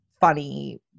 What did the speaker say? funny